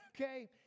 Okay